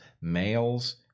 males